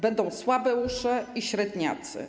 Będą słabeusze i średniacy.